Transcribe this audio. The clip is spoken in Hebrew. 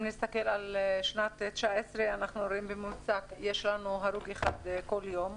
אם נסתכל על שנת 19' אנחנו רואים שבממוצע יש לנו הרוג אחד כל יום,